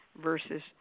versus